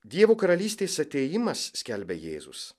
dievo karalystės atėjimas skelbia jėzus